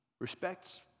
Respect's